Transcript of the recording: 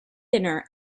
dinner